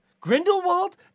Grindelwald